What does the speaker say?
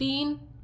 तीन